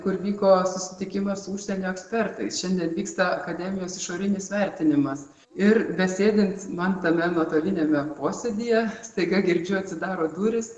kur vyko susitikimas su užsienio ekspertais šiandien vyksta akademijos išorinis vertinimas ir besėdint man tame nuotoliniame posėdyje staiga girdžiu atsidaro durys